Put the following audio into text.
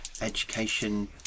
Education